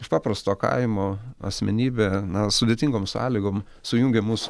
iš paprasto kaimo asmenybė na sudėtingom sąlygom sujungė mus